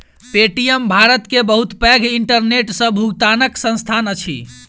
Paytm Bharat के बहुत पैघ इंटरनेट सॅ भुगतनाक संस्थान अछि